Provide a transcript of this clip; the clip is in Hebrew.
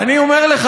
אדוני השר,